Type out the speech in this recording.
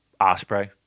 Osprey